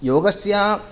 योगस्य